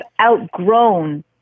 outgrown